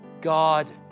God